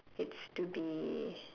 it's to be